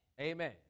Amen